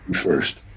First